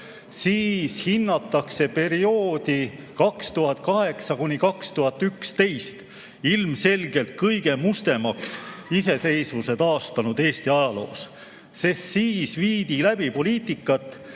siis hinnatakse perioodi 2008–2011 ilmselgelt kõige mustemaks [ajaks] iseseisvuse taastanud Eesti ajaloos, sest siis viidi läbi poliitikat,